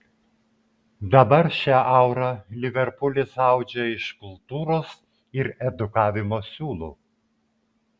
dabar šią aurą liverpulis audžia iš kultūros ir edukavimo siūlų